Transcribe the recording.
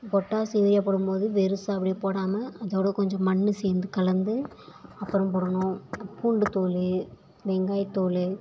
potassium urea போடும்போது வெறுசா அப்படியே போடாமல் அதோடு கொஞ்சம் மண் சேர்ந்து கலந்து அப்புறம் போடணும் பூண்டு தோல் வெங்காயத்தோல்